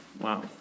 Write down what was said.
wow